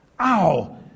Ow